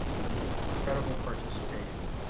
incredible participation.